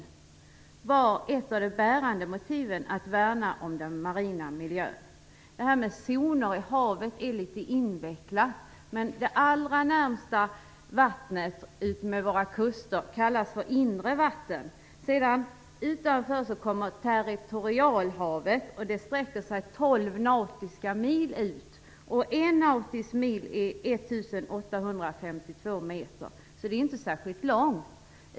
Då var ett av de bärande motiven just att värna om den marina miljön. Det här med zoner i havet är litet invecklat. Det allra närmaste vattnet utmed våra kuster kallas för inre vatten. Utanför kommer territorialhavet, som sträcker sig 12 nautiska mil utåt. 1 nautisk mil är 1 852 meter, så det är inte fråga om en särskilt lång sträcka.